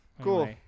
Cool